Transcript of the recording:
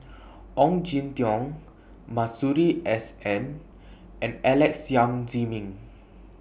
Ong Jin Teong Masuri S N and Alex Yam Ziming